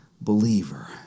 believer